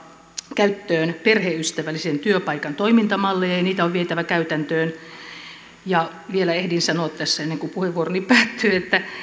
käyttöön perheystävällisen työpaikan toimintamalleja ja ja niitä on vietävä käytäntöön vielä ehdin sanoa tässä ennen kuin puheenvuoroni päättyy että